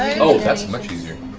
oh, that's much easier.